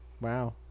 Wow